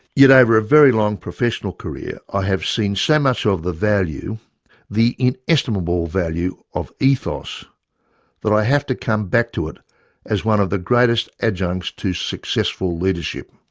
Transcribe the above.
yet over a very long professional career i have seen so much of the value the inestimable value of ethos that i have to come back to it as one of the greatest adjuncts to successful leadership.